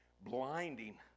blinding